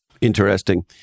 Interesting